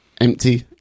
empty